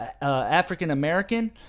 African-American